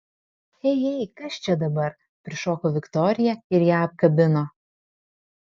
ei ei kas čia dabar prišoko viktorija ir ją apkabino